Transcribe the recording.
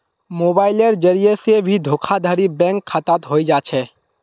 मोबाइलेर जरिये से भी धोखाधडी बैंक खातात हय जा छे